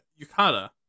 yukata